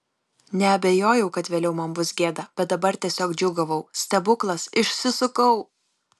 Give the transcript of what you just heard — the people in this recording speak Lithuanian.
neabejojau kad vėliau man bus gėda bet dabar tiesiog džiūgavau stebuklas išsisukau